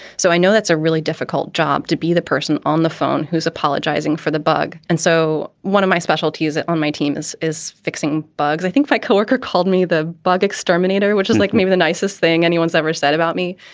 so i know that's a really difficult job to be the person on the phone who's apologizing for the bug. and so one of my special to use it on my team is is fixing bugs. i think my co-worker called me the bug exterminator, which is like maybe the nicest thing anyone's ever said about me.